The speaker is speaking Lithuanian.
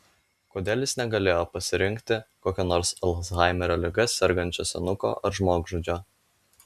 kodėl jis negalėjo pasirinkti kokio nors alzhaimerio liga sergančio senuko ar žmogžudžio